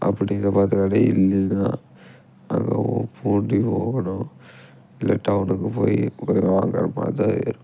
அப்படி அந்த பத்து கடையும் இல்லைன்னா போகணும் இல்லை டவுனுக்கு போய் வாங்குகிற மாதிரி தான் இருக்கும்